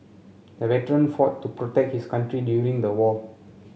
the veteran fought to protect his country during the war